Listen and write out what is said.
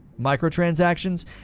microtransactions